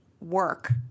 work